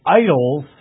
idols